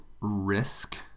risk